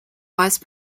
vice